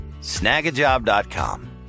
Snagajob.com